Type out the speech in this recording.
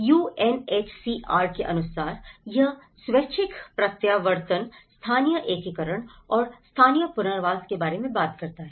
UNHCR के अनुसार यह स्वैच्छिक प्रत्यावर्तन स्थानीय एकीकरण और स्थानीय पुनर्वास के बारे में बात करता है